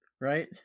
right